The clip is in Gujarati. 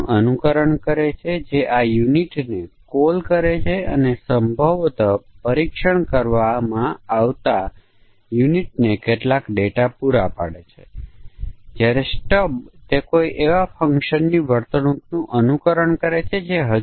આપણે કહી રહ્યા છે કે કોઈપણ એક એકમ ડિઝાઇન જેના માટે તમે સમકક્ષતા વર્ગ બનાવો છો તેના માટે ઓછામાં ઓછા બે સેટ છે એક અમાન્ય મૂલ્યોનો સેટ છે અને અન્ય માન્ય મૂલ્યોનો સેટ હોય છે અને તે દરેકમાં સમકક્ષતા વર્ગોના અલગ સેટ હશે